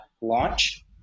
launch